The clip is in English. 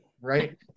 right